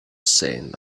saying